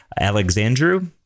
Alexandru